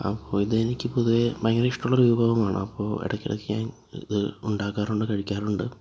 അപ്പോൾ ഇത് എനിക്ക് പൊതുവെ ഭയങ്കര ഇഷ്ടമുള്ളൊരു വിഭവമാണ് അപ്പോൾ ഇടക്കിടക്ക് ഞാൻ ഇത് ഉണ്ടാക്കാറുണ്ട് കഴിക്കാറുണ്ട്